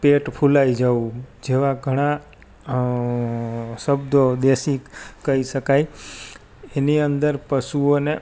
પેટ ફૂલાઈ જવું જેવા ઘણા શબ્દો દેશી કઈ શકાય એની અંદર પશુઓને